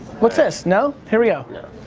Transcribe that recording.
what's this? no? here we go.